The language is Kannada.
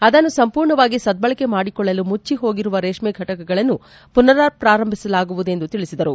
ಅದನ್ನು ಸಂಪೂರ್ಣವಾಗಿ ಸಧ್ದಳಕೆ ಮಾಡಿಕೊಳ್ಳಲು ಮುಟ್ಟಹೋಗಿರುವ ರೇಷ್ಮ ಘಟಕಗಳನ್ನು ಪುನರ್ ಪ್ರಾರಂಭಿಸಲಾಗುವುದು ಎಂದು ತಿಳಿಸಿದರು